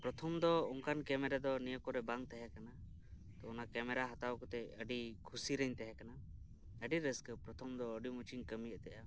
ᱯᱨᱚᱛᱷᱚᱢ ᱫᱚ ᱚᱱᱠᱟᱱ ᱠᱮᱢᱮᱨᱟ ᱫᱚ ᱱᱚᱶᱟ ᱠᱚᱨᱮ ᱵᱟᱝ ᱛᱟᱦᱮᱸ ᱠᱟᱱᱟ ᱛᱚ ᱚᱱᱟ ᱠᱮ ᱢᱮᱨᱟ ᱦᱟᱛᱟᱣ ᱠᱟᱛᱫ ᱟᱹᱰᱤ ᱠᱩᱥᱤ ᱨᱤᱧ ᱛᱟᱦᱮᱸ ᱠᱟᱱᱟ ᱟᱹᱰᱤ ᱨᱟᱹᱥᱠᱟ ᱯᱨᱚᱛᱷᱚᱢ ᱫᱚ ᱟᱹᱰᱤ ᱢᱚᱸᱡᱽ ᱤᱧ ᱠᱟᱹᱢᱤᱭᱮᱫ ᱛᱟᱦᱮᱱᱟ